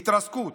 התרסקות.